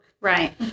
Right